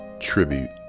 tribute